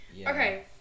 Okay